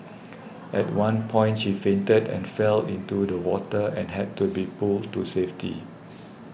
at one point she fainted and fell into the water and had to be pulled to safety